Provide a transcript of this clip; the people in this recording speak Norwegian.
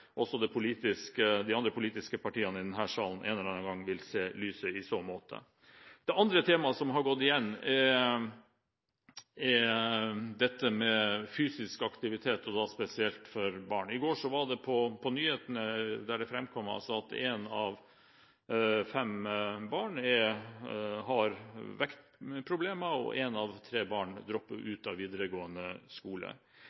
også de andre politiske partiene i denne salen en eller annen gang vil se lyset i så måte. Det andre temaet som har gått igjen, er dette med fysisk aktivitet – og da spesielt for barn. I går framkom det på nyhetene at ett av fem barn har vektproblemer, og at ett av tre barn